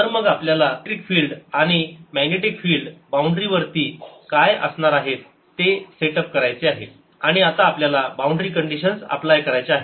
तर मग आपल्याला इलेक्ट्रिक फील्ड आणि मॅग्नेटिक फिल्ड बाउंड्री वरती काय असणार आहेत ते सेट अप करायचे आहे आणि आता आपल्याला बाउंड्री कंडीशन अप्लाय करायच्या आहेत